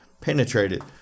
penetrated